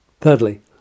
Thirdly